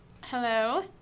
Hello